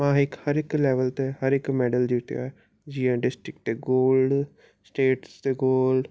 मां हिकु हर हिकु लेविल ते हर हिकु मेडिल जीतियो आहे जीअं डिस्ट्रिक्ट ते गोल्ड स्टेटस ते गोल्ड